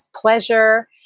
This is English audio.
pleasure